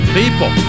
people